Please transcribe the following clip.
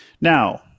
now